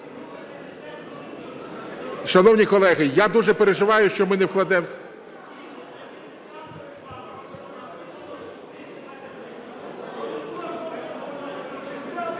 Шановні колеги, я дуже переживаю, що ми не вкладемося...